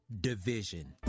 division